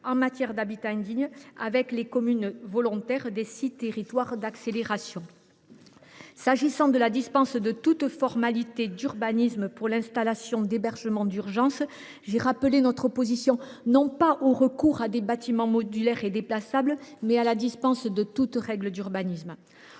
en matière d’habitat indigne dans les communes volontaires des six territoires d’accélération. En ce qui concerne l’installation d’hébergement d’urgence, j’ai rappelé notre opposition non pas au recours à des bâtiments modulaires et déplaçables, mais à la dispense de toute règle d’urbanisme.